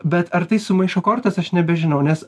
bet ar tai sumaišo kortas aš nebežinau nes